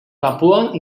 papua